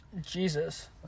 Jesus